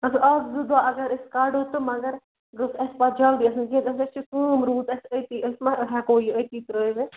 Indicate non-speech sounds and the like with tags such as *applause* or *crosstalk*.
اَسا اَکھ زٕ دۄہ اگر أسۍ کڑو تہٕ مگر گٔژھ اسہِ پتہٕ جلدی *unintelligible* اسہِ چھِ کٲم روٗز اسہِ أتی أسۍ ما ہیٚکو یہِ أتی ترٛٲیِتھ